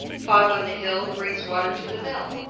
fog on the hill brings water to the mill.